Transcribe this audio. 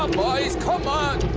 ah boys. come on.